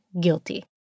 guilty